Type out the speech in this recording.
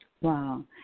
Wow